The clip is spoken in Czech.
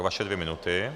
Vaše dvě minuty.